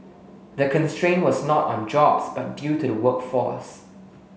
the constraint was not on jobs but due to the workforce